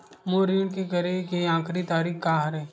मोर ऋण के करे के आखिरी तारीक का हरे?